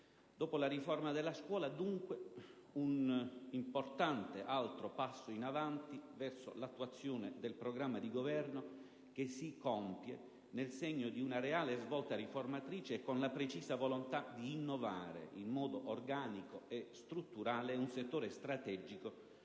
Dopo la riforma della scuola, dunque, un importante altro passo in avanti verso l'attuazione del programma di governo che si compie nel segno di una reale svolta riformatrice con la precisa volontà di innovare in modo organico e strutturale un settore strategico